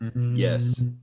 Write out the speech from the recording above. Yes